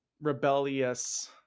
rebellious